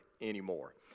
anymore